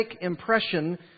impression